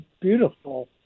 beautiful